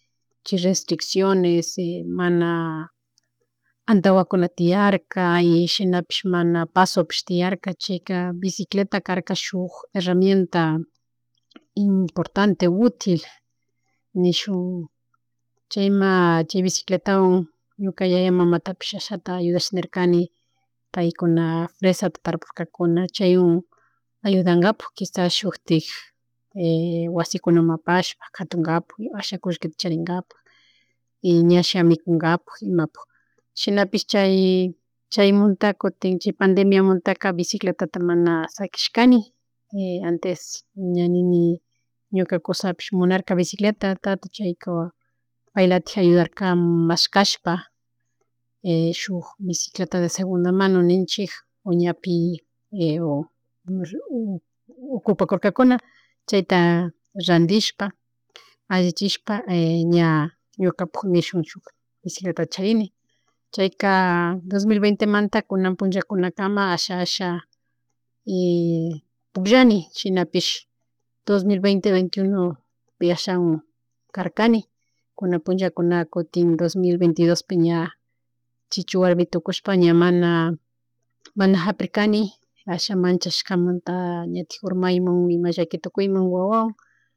Chi restricciones mana atanwanka tiarka y shinapish mana pasopish tiaraka chayka bicicleta karka shuk herramienta importante util nishun chayma chay bicicletawan ñuka yaya, mamatapish ashata ayudashanirkani paykuna fresata tarpurkakuna chaywan ayudangapak quisas shutik wasikunaman apashpa katungapak ashata kushkita charingapak y ñasha mikungapak imapuk chinapih chay chaymunta kutin chi pandemiamuntaka vicicletata mana saquihskani antes ña nini ñuka kushapish munarka bicicletata chayka paylatik ayudarka mashkashpa shuk bicicletata de segunda manota ninchik o ña pi o ocupakukakuna chayta randishpa allichishpa ña ñukapuk nishun shuk bicicletata chatrini chayka dos mil ventemantaka kunanpullakunakan asha asha y pugllani shinapish dos mil vente, vente y uno pi ashawan karkani kunanpullakunaka kutin dos mil vente y dos ña chichu warmi tukushpa ña mana mana hapirkani asha machaskamanta, ñatik urmaymun ima llaki tukuymun wawawan